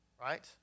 Right